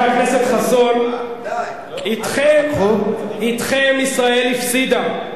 חבר הכנסת חסון, אתכם ישראל הפסידה,